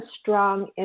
strong